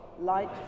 light